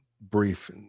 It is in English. brief